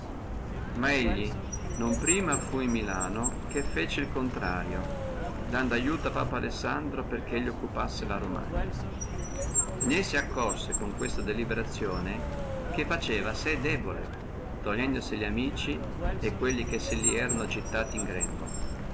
ma lui non prima fu in milano che fece il contrario dando aiuto a papa alessandro perché elli occupassi la romagna né si accorse con questa deliberazione che faceva sé debole togliendosi li amici e quelli che se li erano gittati in grembo